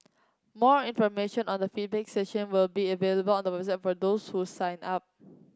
more information on the feedback session will be available on the website for those who sign up